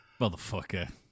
motherfucker